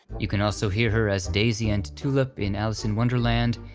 you can also hear her as daisy and tulip in alice in wonderland,